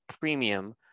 premium